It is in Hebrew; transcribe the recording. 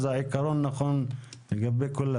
אז העיקרון נכון לכולם.